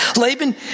Laban